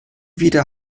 wieder